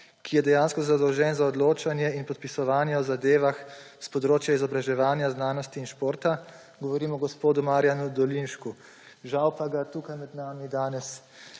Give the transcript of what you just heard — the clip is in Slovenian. ki je dejansko zadolžen za odločanje in podpisovanje o zadevah s področja izobraževanja, znanosti in športa. Govorim o gospodu Marjanu Dolinšku. Žal pa ga tukaj med nami danes